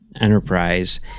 Enterprise